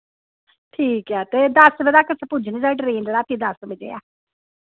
ठीक ऐ ते दस बजे तक असें पुज्जनी साढ़ी ट्रेन रातीं दस बजे ऐ